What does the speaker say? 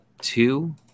two